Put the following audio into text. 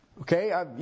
Okay